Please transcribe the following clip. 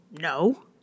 No